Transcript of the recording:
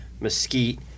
mesquite